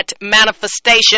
manifestation